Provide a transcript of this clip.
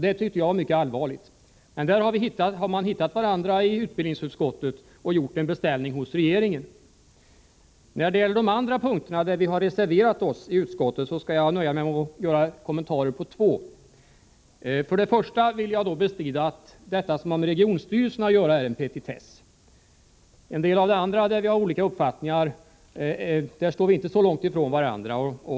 Det tycker jag var mycket allvarligt, men där har vi hittat varandra i utbildningsutskottet och gjort en beställning hos regeringen. När det gäller de andra punkterna där vi har reserverat oss i utskottet skall jag nöja mig med att göra kommentarer på två. På den första punkten vill jag bestrida att det som har med regionstyrelserna att göra är en petitess. I en del andra frågor där vi har olika uppfattningar står vi inte så långt ifrån varandra.